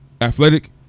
Athletic